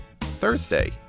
Thursday